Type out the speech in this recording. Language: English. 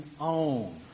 own